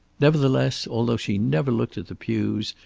nevertheless, although she never looked at the pews,